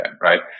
right